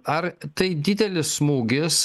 ar tai didelis smūgis